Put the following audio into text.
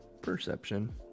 Perception